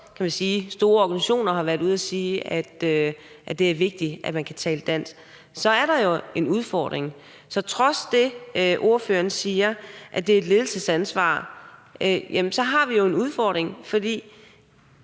og når store organisationer også har været ude at sige, at det er vigtigt, at man kan tale dansk, er en udfordring. Så trods det, at ordføreren siger, at det er et ledelsesansvar, har vi en udfordring. For